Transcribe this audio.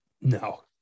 no